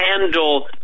handle